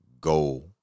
go